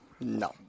No